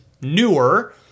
newer